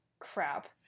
Crap